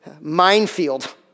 minefield